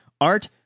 Art